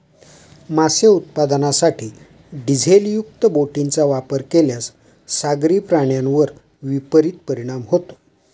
मासे उत्पादनासाठी डिझेलयुक्त बोटींचा वापर केल्यास सागरी प्राण्यांवर विपरीत परिणाम होतो